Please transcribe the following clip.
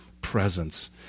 presence